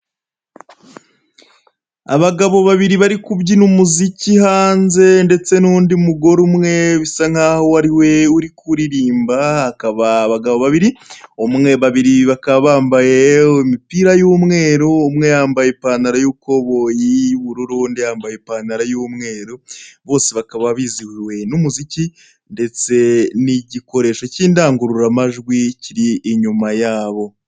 Abagabo babiri bari kubyina umuziki hanze ndetse n' undi mugore umwe bisa nkaho ari we uri kuririmba hakaba abagabo babiri, babiri bakaba bambaye imupira y' umweru, umwe yambaye ipantaro yikoboyi yubururu undi yambaye ipantaro yumweru ,Bose bakaba bizihiwe N' umuziki ndetse nigikoresho k' indangururamajwi iri inyuma yabo.